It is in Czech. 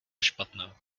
špatná